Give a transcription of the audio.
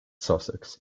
sussex